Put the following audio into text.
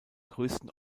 größten